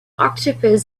octopus